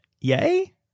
Yay